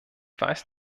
weiß